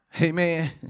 Amen